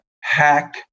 hack